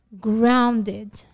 grounded